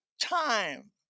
time